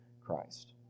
Christ